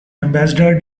ambassador